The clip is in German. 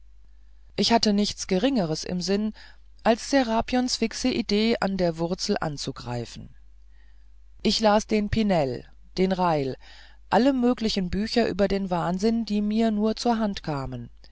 ich hatte nichts geringeres im sinn als serapions fixe idee an der wurzel anzugreifen ich las den pinel den reil alle mögliche bücher über den wahnsinn die mir nur zur hand kamen